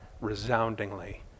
resoundingly